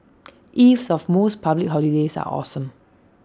eves of most public holidays are awesome